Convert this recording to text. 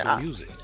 music